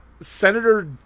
Senator